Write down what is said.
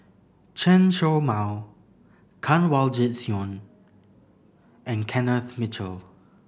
Chen Show Mao Kanwaljit Soin and Kenneth Mitchell